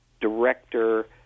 director